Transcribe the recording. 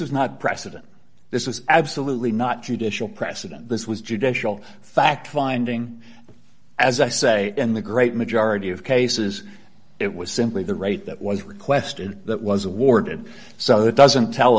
is not precedent this was absolutely not judicial precedent this was judicial fact finding as i say in the great majority of cases it was simply the right that was requested that was awarded so that doesn't tell